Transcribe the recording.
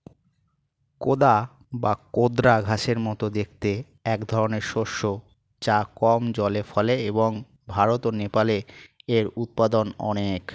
কোদা বা কোদরা ঘাসের মতো দেখতে একধরনের শস্য যা কম জলে ফলে এবং ভারত ও নেপালে এর উৎপাদন অনেক